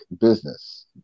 business